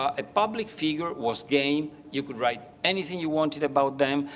ah a public figure was game. you could write anything you wanted about them,